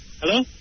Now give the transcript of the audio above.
Hello